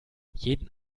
jeden